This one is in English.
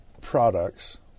products